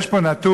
יש פה נתון